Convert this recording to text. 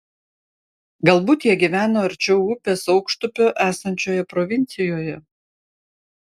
galbūt jie gyveno arčiau upės aukštupio esančioje provincijoje